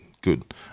good